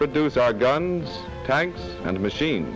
produce our guns tanks and machine